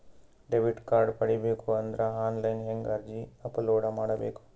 Debit card ಪಡಿಬೇಕು ಅಂದ್ರ online ಹೆಂಗ್ ಅರ್ಜಿ ಅಪಲೊಡ ಮಾಡಬೇಕು?